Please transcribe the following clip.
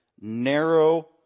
narrow